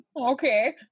okay